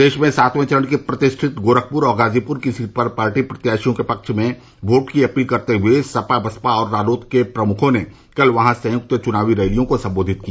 प्रदेश में सातवें चरण की प्रतिष्ठित गोरखपुर और गाजीपुर की सीट पर पार्टी प्रत्याशियों के पक्ष में वोट की अपील करते हुए सपा बसपा और रालोद के प्रमुखों ने कल वहां संयुक्त चुनावी रैलियों को संबोधित किया